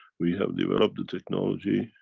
we have developed the technology,